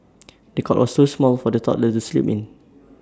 the cot was so small for the toddler to sleep in